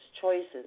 Choices